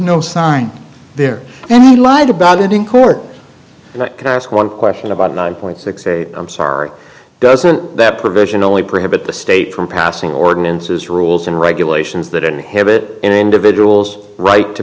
no sign there and he lied about it in court and i could ask one question about nine point six eight i'm sorry doesn't that provision only prohibit the state from passing ordinances rules and regulations that inhibit an individual's right to